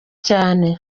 cyane